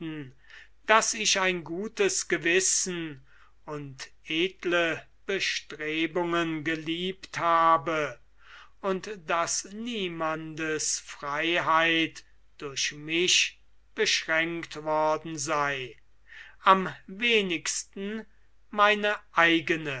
daß ich ein gutes gewissen und edle bestrebungen geliebt habe und daß niemandes freiheit durch mich beschränkt worden sei am wenigsten meine eigene